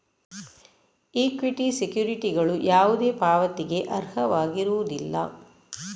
equity ಸೆಕ್ಯುರಿಟಿಗಳು ಯಾವುದೇ ಪಾವತಿಗೆ ಅರ್ಹವಾಗಿರುವುದಿಲ್ಲ